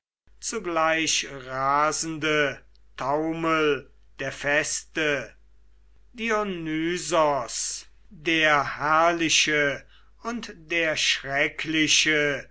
zugleich rasende taumel der feste dionysos der herrliche und der schreckliche